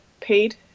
paid